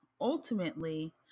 ultimately